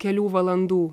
kelių valandų